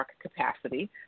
capacity